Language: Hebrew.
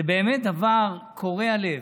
זה באמת דבר קורע לב.